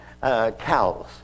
cows